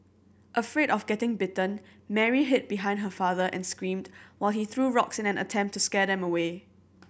afraid of getting bitten Mary hid behind her father and screamed while he threw rocks in an attempt to scare them away